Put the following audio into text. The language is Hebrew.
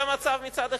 זה מצב, מצד אחד,